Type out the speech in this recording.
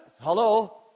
hello